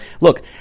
Look